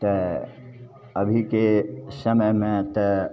तऽ अभीके समयमे तऽ